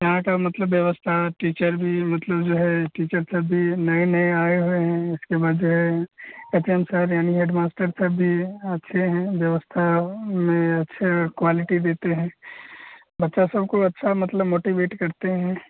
यहाँ का मतलब व्यवस्था टीचर भी मतलब जो है टीचर सब भी नए नए आए हुए हैं इसके बाद हैं एच एम सर यानी हेडमास्टर साहब भी अच्छे हैं व्यवस्था में अच्छे क्वालिटी देते हैं बच्चा सबको अच्छा मतलब मोटिभेट करते हैं